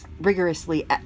rigorously